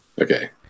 Okay